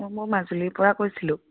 অঁ মই মাজুলীৰপৰা কৈছিলোঁ